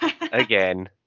again